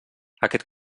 aquest